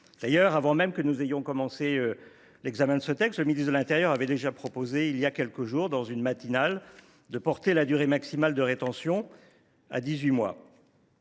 D’ailleurs, avant même que nous n’ayons entamé l’examen de ce texte, le ministre de l’intérieur avait déjà proposé voilà quelques jours, dans une émission de radio matinale, de porter la durée maximale de rétention à 18 mois,